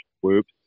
whoops